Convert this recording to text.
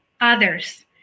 others